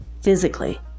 physically